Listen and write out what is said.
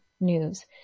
news